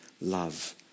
love